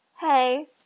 hey